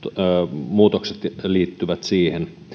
muutokset liittyvät siihen